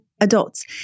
adults